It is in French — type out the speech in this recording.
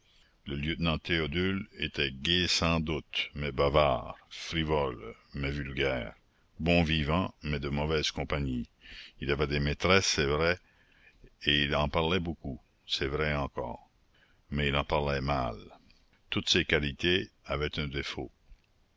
le lieutenant théodule était gai sans doute mais bavard frivole mais vulgaire bon vivant mais de mauvaise compagnie il avait des maîtresses c'est vrai et il en parlait beaucoup c'est vrai encore mais il en parlait mal toutes ses qualités avaient un défaut